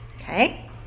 Okay